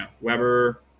Weber